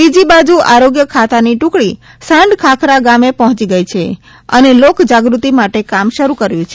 બીજી બાજુ આરોગ્યખાતાની ટ્રકડી સાંઢખાખરા ગામે પહોંચી ગઇ છે અને લોકજાગૃતિ માટે કામ શરૂ કર્યું છે